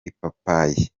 ipapayi